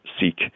seek